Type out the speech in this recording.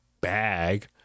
bag